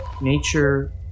Nature